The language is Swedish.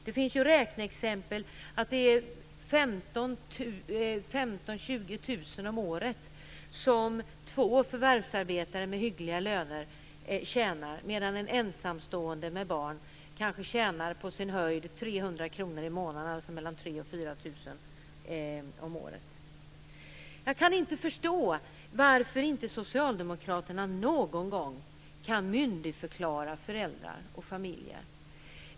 Det finns ju räkneexempel som visar att ett par som förvärvsarbetar och har hyggliga löner tjänar 15 000-20 000 kr om året, medan en ensamstående med barn kanske på sin höjd tjänar 300 kr i månaden, alltså 3 000 Jag kan inte förstå varför inte Socialdemokraterna någon gång kan myndigförklara föräldrar och familjer.